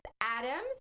Adams